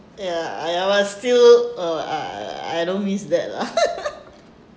ya I uh still uh uh uh I don't miss that lah